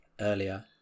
earlier